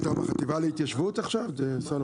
אתם החטיבה להתיישבות עכשיו, סלומון?